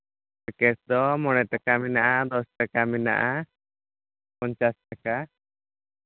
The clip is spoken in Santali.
ᱯᱮᱠᱮᱴ ᱫᱚ ᱢᱚᱬᱮ ᱴᱟᱠᱟ ᱢᱮᱱᱟᱜᱼᱟ ᱫᱚᱥ ᱴᱟᱠᱟ ᱢᱮᱱᱟᱜᱼᱟ ᱯᱚᱧᱪᱟᱥ ᱴᱟᱠᱟ